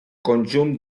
conjunt